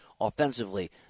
offensively